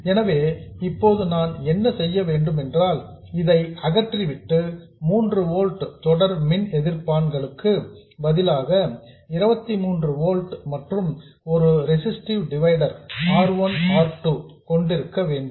எனவே இப்போது நான் என்ன செய்ய வேண்டும் என்றால் இதை அகற்றிவிட்டு மூன்று ஓல்ட்ஸ் தொடர் மின் எதிர்ப்பான்களுக்கு பதிலாக 23 ஓல்ட்ஸ் மற்றும் ஒரு ரெசிஸ்டிவ் டிவைடர் R 1 R 2 கொண்டிருக்க வேண்டும்